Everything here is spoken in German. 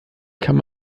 kann